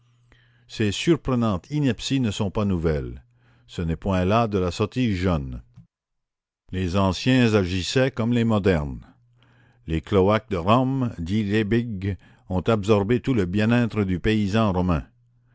ces surprenantes inepties ne sont pas nouvelles ce n'est point là de la sottise jeune les anciens agissaient comme les modernes les cloaques de rome dit liebig ont absorbé tout le bien-être du paysan romain